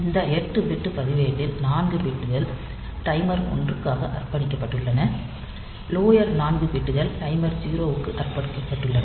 இந்த 8 பிட் பதிவேட்டில் 4 பிட்கள் டைமர் 1 க்காக அர்ப்பணிக்கப்பட்டுள்ளன லோயர் 4 பிட்கள் டைமர் 0 க்கு அர்ப்பணிக்கப்பட்டுள்ளன